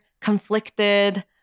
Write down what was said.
conflicted